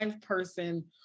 person